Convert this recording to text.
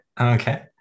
okay